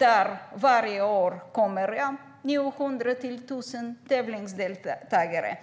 kommer varje år mellan 900 och 1 000 deltagare.